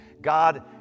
God